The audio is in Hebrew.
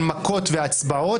הנמקות והצבעות,